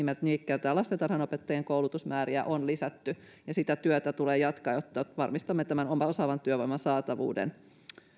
nimikkeeltään lastentarhanopettajien koulutusmääriä on lisätty ja sitä työtä tulee jatkaa jotta varmistamme tämän osaavan työvoiman saatavuuden